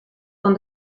von